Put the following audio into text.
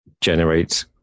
generate